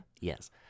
Yes